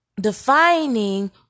defining